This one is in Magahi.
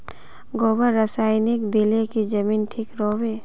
गोबर रासायनिक दिले की जमीन ठिक रोहबे?